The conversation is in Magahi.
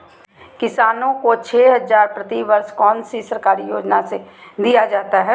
किसानों को छे हज़ार प्रति वर्ष कौन सी सरकारी योजना से दिया जाता है?